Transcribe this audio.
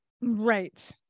Right